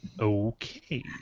Okay